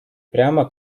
прямо